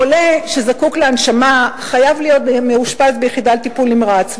חולה שזקוק להנשמה חייב להיות מאושפז ביחידה לטיפול נמרץ,